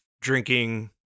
drinking